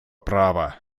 права